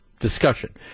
Discussion